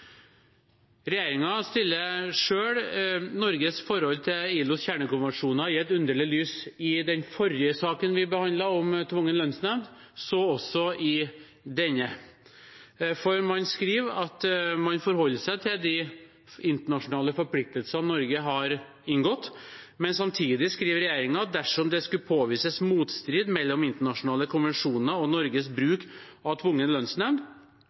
stiller selv Norges forhold til ILOs kjernekonvensjoner i et underlig lys i den forrige saken vi behandlet om tvungen lønnsnemnd. Så også i denne, for man skriver at man forholder seg til de internasjonale forpliktelsene Norge har inngått, men samtidig skriver regjeringen: «Dersom det skulle påvises motstrid mellom internasjonale konvensjoner og Norges bruk av tvungen lønnsnemnd,